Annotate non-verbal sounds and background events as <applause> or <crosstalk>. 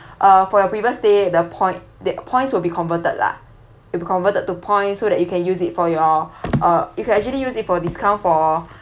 <breath> for your previous day the point the points will be converted lah it'll be converted to points so that you can use it for your <breath> uh you can actually use it for discount for